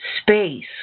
space